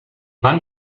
wann